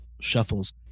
shuffles